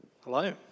Hello